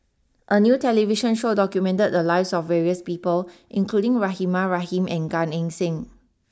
a new television show documented the lives of various people including Rahimah Rahim and Gan Eng Seng